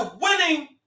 winning